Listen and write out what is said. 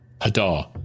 Hadar